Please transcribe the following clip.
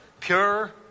Pure